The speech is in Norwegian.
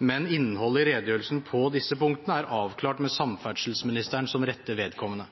men innholdet i redegjørelsen på disse punktene er avklart med samferdselsministeren som er rette vedkommende.